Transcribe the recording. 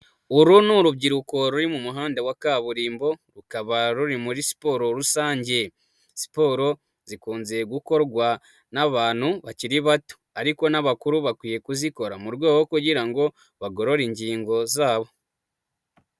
Uru ni urubyiruko ruri mu muhanda wa kaburimbo, rukaba ruri muri siporo rusange, siporo zikunze gukorwa n'abantu bakiri bato, ariko n'abakuru bakwiye kuzikora, mu rwego rwo kugira bagorore ingingo zabo.